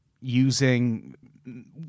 using